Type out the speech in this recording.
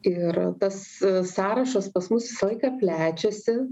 ir tas sąrašas pas mus visą laiką plečiasi